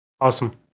Awesome